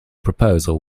proposal